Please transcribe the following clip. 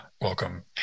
Welcome